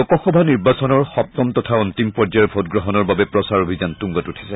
লোকসভা নিৰ্বাচনৰ সপ্তম তথা অন্তিম পৰ্যায়ৰ ভোটগ্ৰহণৰ বাবে প্ৰচাৰ অভিযান তুংগত উঠিছে